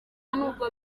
n’ubwo